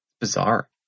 Bizarre